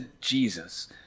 Jesus